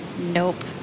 nope